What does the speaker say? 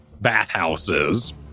bathhouses